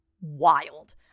wild